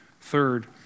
Third